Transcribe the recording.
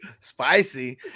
spicy